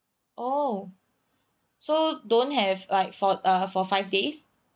oh so don't have like for uh for five days